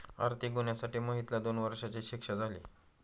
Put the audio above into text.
आर्थिक गुन्ह्यासाठी मोहितला दोन वर्षांची शिक्षा झाली